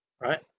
right